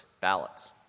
ballots